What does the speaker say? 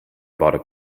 bought